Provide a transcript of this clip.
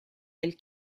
del